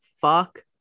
Fuck